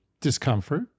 discomfort